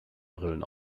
brillen